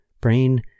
brain